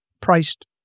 priced